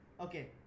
okay